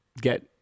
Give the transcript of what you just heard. get